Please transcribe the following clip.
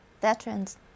veterans